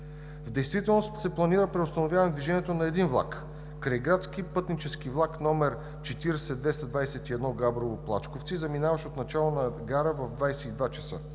В действителност се планира преустановяване на движението на един влак – крайградски пътнически влак № 40221 Габрово – Плачковци, заминаващ от начална гара в 22,00 ч.